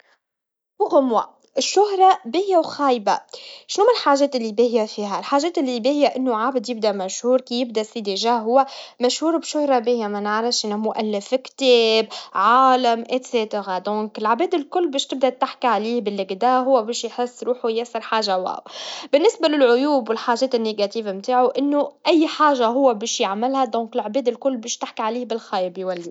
مزايا الشهرة تشمل الاعتراف والفرص الجديدة، لكن عيوبها تتمثل في فقدان الخصوصية والضغط النفسي. الشهرة تجيب تحديات، وكل واحد لازم يكون مستعد لها. مش كل مشهور سعيد، لأن الحياة تحت الأضواء تكون صعبة. المهم هو كيفية التعامل مع هذه الشهرة بطريقة إيجابية.